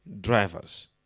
drivers